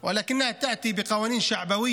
היינו רוצים שהממשלה הזאת תביא חוקים שהם לטובת האנשים,